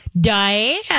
Diane